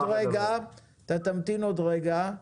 תמתין עוד רגע.